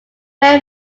very